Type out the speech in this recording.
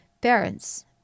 parents